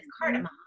cardamom